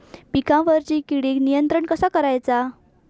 पिकावरची किडीक नियंत्रण कसा करायचा?